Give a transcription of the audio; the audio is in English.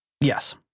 Yes